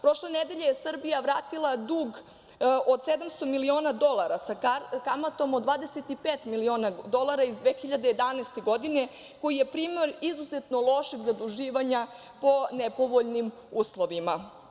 Prošle nedelje Srbija je vratila dug od 700 miliona dolara sa kamatom od 25 miliona dolara iz 2011. godine koji je primer izuzetno lošeg zaduživanja po nepovoljnim uslovima.